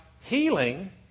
healing